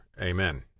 Amen